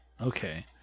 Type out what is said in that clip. okay